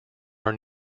are